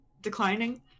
declining